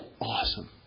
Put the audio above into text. awesome